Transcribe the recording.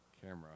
camera